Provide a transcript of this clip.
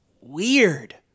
Weird